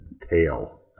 tail